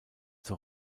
zur